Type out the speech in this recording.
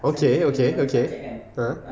okay okay okay ah